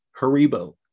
Haribo